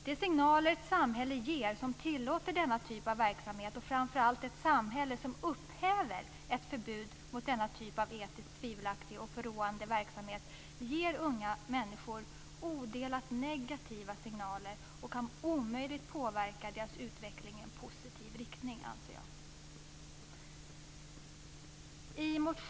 De signaler ett samhälle ger som tillåter denna typ av verksamhet, framför allt ett samhälle som upphäver ett förbud mot denna typ av etiskt tvivelaktig och förråande verksamhet, ger unga människor odelat negativa signaler och kan omöjligt påverka deras utveckling i positiv riktning, anser jag.